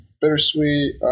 bittersweet, –